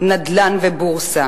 נתינתו ואיכותו.